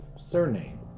surname